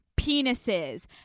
penises